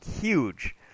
huge